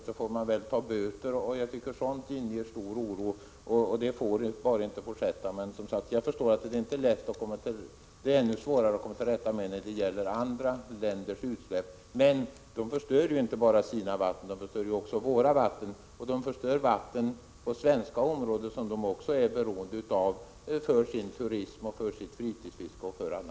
Sådant inger stor oro och får bara inte fortsätta. Jag förstår att det är svårare att komma till rätta med problemen när det är fråga om utsläpp som görs i andra länder, men de förstör ju inte bara sina egna vatten utan också våra. De förstör svenska vatten som de själva är beroende av bl.a. för sin turism och för sitt fritidsfiske.